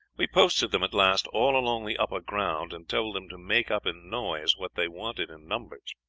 we posted them at last all along the upper ground, and told them to make up in noise what they wanted in numbers.